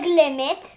limit